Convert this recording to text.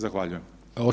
Zahvaljujem.